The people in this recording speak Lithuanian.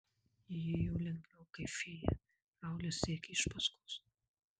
ji ėjo lengviau kaip fėja raulis sekė iš paskos